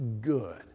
good